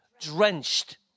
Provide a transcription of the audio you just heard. drenched